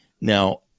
Now